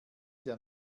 der